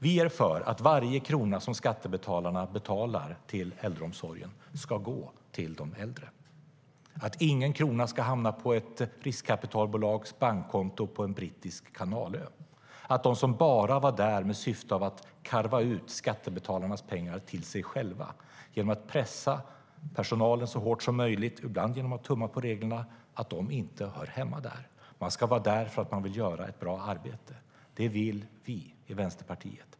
Vi är för att varje krona skattebetalarna betalar till äldreomsorgen ska gå till de äldre, att ingen krona ska hamna på ett riskkapitalbolags bankkonto på en brittisk kanalö och att de som bara var där i syfte att karva ut skattebetalarnas pengar till sig själva genom att pressa personalen så hårt som möjligt, ibland genom att tumma på reglerna, inte hör hemma där. Man ska vara där för att man vill göra ett bra arbete. Det vill vi i Vänsterpartiet.